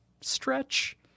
stretch